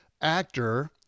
actor